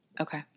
Okay